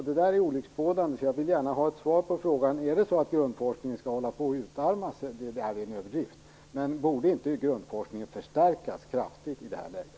Det är olycksbådande, och jag vill gärna ha ett svar på frågan om grundforskningen skall utarmas. Det är förstås en överdrift. Men borde inte grundforskningen kraftigt förstärkas i det här läget?